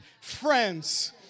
friends